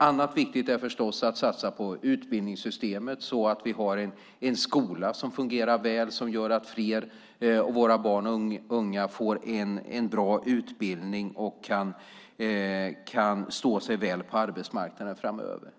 Annat viktigt är förstås att satsa på utbildningssystemet så att vi har en skola som fungerar väl och som gör att fler av våra barn och unga får en bra utbildning och kan stå sig väl på arbetsmarknaden framöver.